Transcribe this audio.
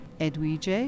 Edwige